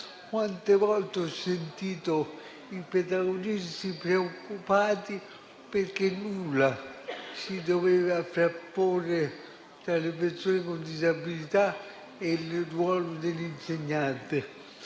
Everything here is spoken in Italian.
Quante volte ho sentito i pedagogisti preoccupati perché nulla si doveva frapporre tra le persone con disabilità e il ruolo dell'insegnante,